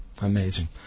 Amazing